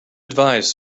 advise